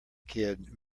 kid